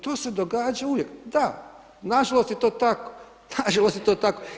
To se događa uvijek, da, nažalost je to tako, nažalost je to tako.